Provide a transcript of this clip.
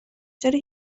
چرا